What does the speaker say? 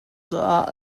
caah